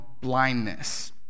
blindness